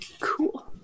Cool